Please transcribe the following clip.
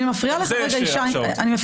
בדיוק.